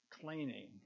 cleaning